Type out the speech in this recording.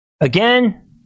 again